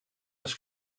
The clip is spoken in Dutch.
eens